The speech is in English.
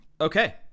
Okay